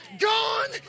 Gone